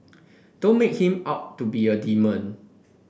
don't make him out to be a demon